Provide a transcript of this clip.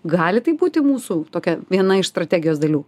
gali tai būti mūsų tokia viena iš strategijos dalių